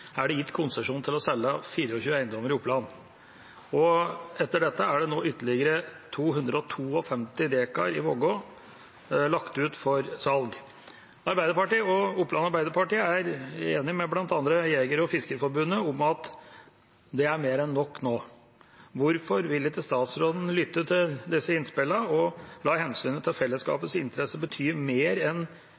er det gitt konsesjon til å selge 24 eiendommer i Oppland. Og etter dette er nå ytterligere 252 dekar i Vågå lagt ut for salg. Arbeiderpartiet og Oppland Arbeiderparti er enig med blant annet Norges Jeger- og fiskerforbund om at det er mer enn nok nå. Hvorfor vil ikke statsråden lytte til disse innspillene og la hensynet til fellesskapets interesser bety mer enn